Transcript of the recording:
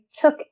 took